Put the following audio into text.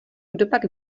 kdopak